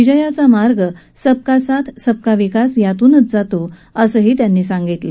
विजयाचा मार्ग सबका साथ सबका विकास यातूनच जातो असंही ते म्हणाले